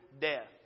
death